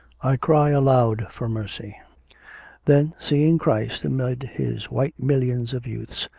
i cry aloud for mercy then seeing christ amid his white million of youths,